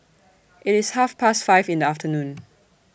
IT IS Half Past five in The afternoon